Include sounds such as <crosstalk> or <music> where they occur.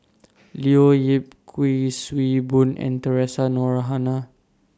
Leo Yip Kuik Swee Boon and Theresa Noronha <unintelligible>